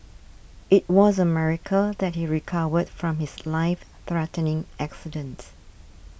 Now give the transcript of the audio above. it was a miracle that he recovered from his life threatening accidents